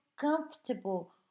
comfortable